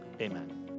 amen